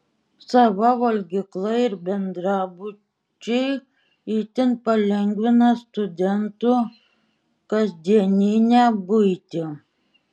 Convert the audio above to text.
sava valgykla ir bendrabučiai itin palengvina studentų kasdieninę buitį